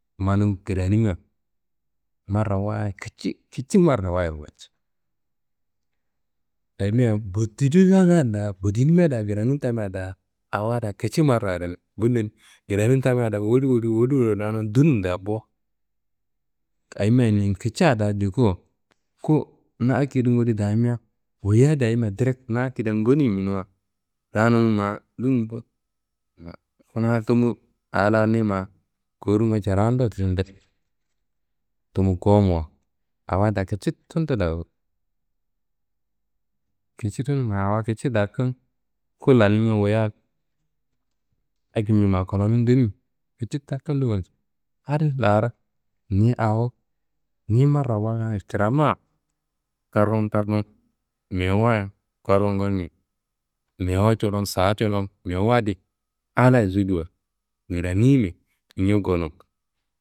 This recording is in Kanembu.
Manum kranimia marrawayit kici kici marrawayit walci ayimia botiduronga da bodinimia da kranun tamia da awo da kici marrawayit rimi. Bundo kranimi tamia da woli woli ranum dunun da bo ayimia ninkica dayi njukuwo ku na akedin woli damia woyiya da yimia direk na akediyan goniminuwa ranun ma dunum bo. Kuna tumu a la niyi ma kowurunumma cirawundo tumu gowumuwa awo adi da kici tundo dowuyi, kici tunu awo ma kici da tunu. Ku lannimia woya akedi ma kolonum dunimi kici da tundo walji, adin laro niyi awo niyi marrawayit kramuwa karrun karrun mewu wayi karrun gonimi, mewuwa coron saa coron mewu adi Allahayi zuduwa kranimi ñea gonum.